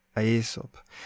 Aesop